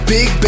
Big